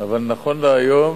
אבל נכון להיום,